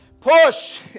push